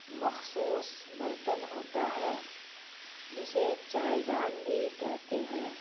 مخصوص برتن ہوتا ہے جسے چائےدان بھی کہتے ہیں